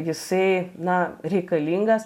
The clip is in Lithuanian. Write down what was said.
jisai na reikalingas